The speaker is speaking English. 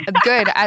Good